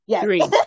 three